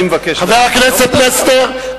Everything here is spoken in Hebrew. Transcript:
חבר הכנסת פלסנר,